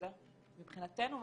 מבחינתנו,